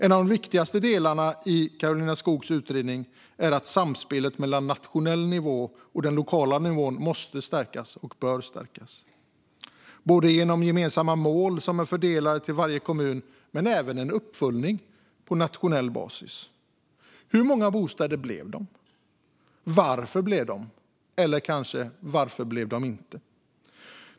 En av de viktigaste delarna i Karolina Skogs utredning är att samspelet mellan den nationella nivån och den lokala nivån måste stärkas, både genom gemensamma mål som är fördelade till varje kommun och genom uppföljning på nationell nivå. Hur många bostäder blev det? Varför blev det bostäder, eller - kanske - varför blev det inte bostäder?